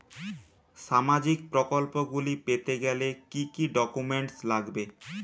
সামাজিক প্রকল্পগুলি পেতে গেলে কি কি ডকুমেন্টস লাগবে?